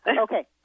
Okay